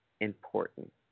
important